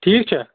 ٹھیٖک چھےٚ